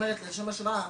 לשם השוואה,